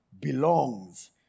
belongs